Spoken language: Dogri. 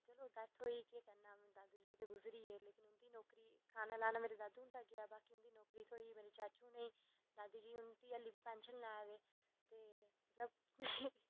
चलो डैथ होई केह् करना दादू जी ते गुजरी गै उंदी नौकरी खाना लाना मेरे दादू जी हुंदा गेआ बाकी नौकरी थ्होई मेरे चाचू होरें ई दादी जी उंदी हल्ली बी पेंशन लेआ दे